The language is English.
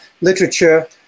literature